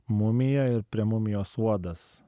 mumija ir prie mumijos uodas